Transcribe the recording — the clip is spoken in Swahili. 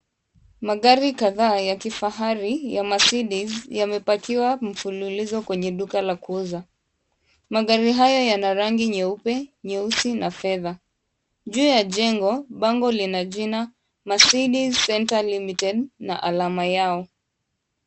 Magari kadhaa ya kifahari ya Mercedes yamepakiwa mfululizo kwenye duka la kuuza. Magari hayo yana rangi nyeupe, nyeusi na fedha. Juu ya jengo, bango lina jina Mercedes Center Limited na alama yao.